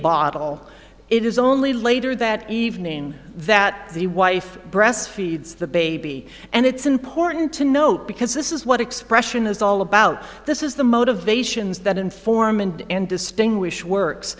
bottle it is only later that evening that the wife breast feeds the baby and it's important to note because this is what expression is all about this is the motivations that and form and and distinguish works